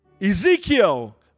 Ezekiel